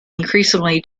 increasingly